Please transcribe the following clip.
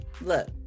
Look